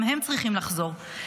גם הם צריכים לחזור,